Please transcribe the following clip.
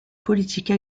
politique